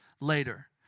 later